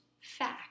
fact